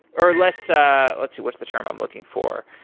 or less ah let's see, what's the term i'm looking for?